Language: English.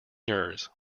yours